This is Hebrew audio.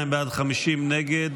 32 בעד, 50 נגד.